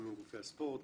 גם עם גופי הספורט,